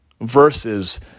versus